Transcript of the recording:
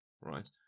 right